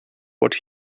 what